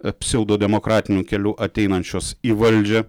psiaudo demokratiniu keliu ateinančios į valdžią